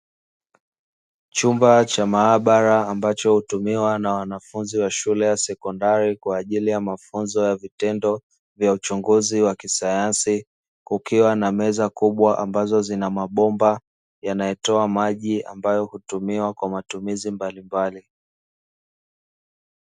Chumba cha maabara ambacho hutumiwa na wanafunzi wa shule ya sekondari, kwa ajili ya mafunzo ya vitendo vya uchunguzi wa kisayansi, kukiwa na meza kubwa ambazo zina mabomba yanayotoa maji ambayo hutumiwa kwa matumizi mbalimbali.